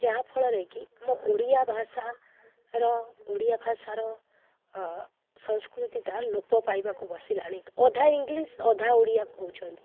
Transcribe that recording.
ଯାହା ଫଳରେ କି ଆମ ଓଡ଼ିଆ ଭାଷାର ଓଡ଼ିଆ ଭାଷାର ସଂସ୍କୃତିଟା ଲୋପ ପାଇବାକୁ ବସିଲାଣି ଅଧା ଇଂଲିଶ୍ ଅଧା ଓଡ଼ିଆ କହୁଛନ୍ତି